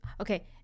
okay